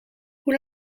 hoe